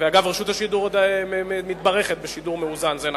אגב, רשות השידור מתברכת בשידור מאוזן, זה נכון.